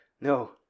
No